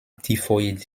typhoïde